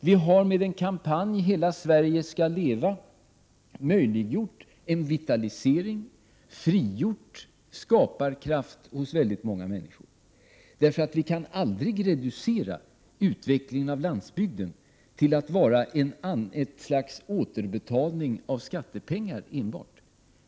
Vi har med kampanjen Hela Sverige skall leva möjliggjort en vitalisering och frigjort skaparkraft hos väldigt många människor. Men vi kan aldrig reducera utvecklingen av landsbygden till att vara ett slags återbetalning av skattepengar enbart.